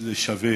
זה שווה